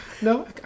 No